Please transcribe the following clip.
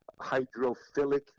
hydrophilic